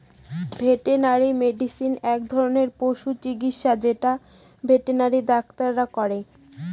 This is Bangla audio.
ভেটেনারি মেডিসিন এক ধরনের পশু চিকিৎসা যেটা ভেটেনারি ডাক্তাররা করে